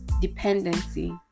dependency